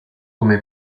come